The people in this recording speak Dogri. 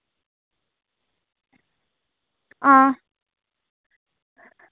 हां